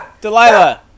Delilah